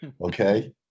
Okay